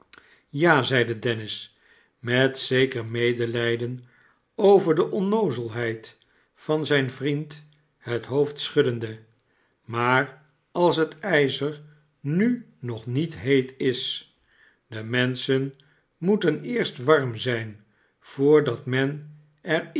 ja zeide dennis met zeker medelijden over de onnoozelheid van zijn vriend het hoofd schuddende smaar als het ijzer nu nog niet heet is de menschen moeten eerst warm zijn voordat men er